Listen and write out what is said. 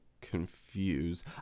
confused